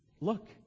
look